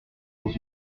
dans